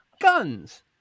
guns